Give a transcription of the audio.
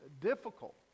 difficult